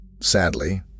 Sadly